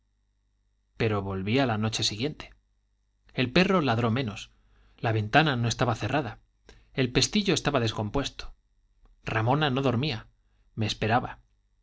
pero volví a la noche siguiente el perro ladró menos la ventana no estaba cerrada el pestillo estaba descompuesto ramona no dormía me esperaba